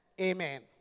Amen